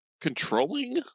controlling